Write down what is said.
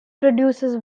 produces